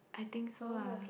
I think so ah